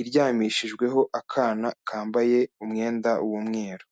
iryamishijweho akana kambaye umwenda w'umweru.